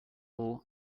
all